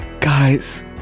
guys